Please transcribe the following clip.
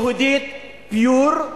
יהודית pure,